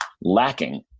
lacking